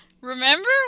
Remember